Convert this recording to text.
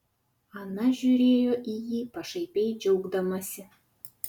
ana žiūrėjo į jį pašaipiai džiaugdamasi